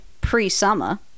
pre-summer